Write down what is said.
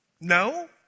No